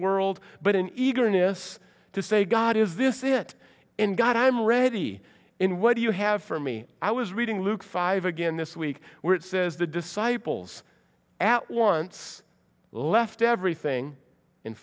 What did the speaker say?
world but in eagerness to say god is this is it in god i'm already in what do you have for me i was reading luke five again this week where it says the disciples at once left everything